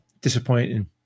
disappointing